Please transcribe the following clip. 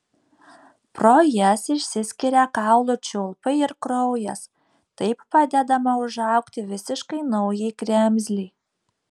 pro jas išsiskiria kaulų čiulpai ir kraujas taip padedama užaugti visiškai naujai kremzlei